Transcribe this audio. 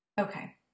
Okay